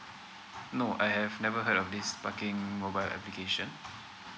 no I have never heard of this parking mobile application